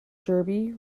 derby